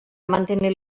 mantenir